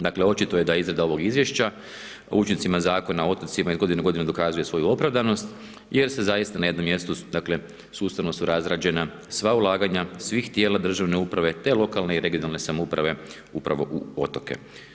Dakle očito je da izrada ovog Izvješća o učincima Zakona o otocima iz godine u godinu dokazuje svoju opravdanost jer se zaista na jednom mjestu, dakle sustavno su razrađena sva ulaganja svih tijela državne uprave te lokalne i regionalne samouprave upravo u otoke.